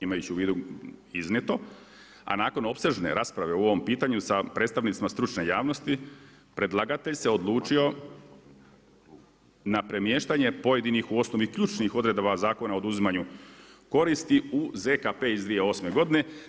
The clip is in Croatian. Imajući u vidu iznijeto, a nakon opsežne rasprave u ovom pitanju sa predstavnicima stručne javnosti predlagatelj se odlučio na premještanje pojedinih u osnovi ključnih odredaba Zakona o oduzimanju koristi u ZKP iz 2008. godine.